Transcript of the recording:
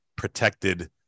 protected